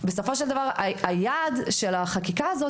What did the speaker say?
בסופו של דבר היעד של החקיקה הזאת,